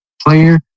player